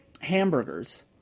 hamburgers